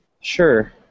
Sure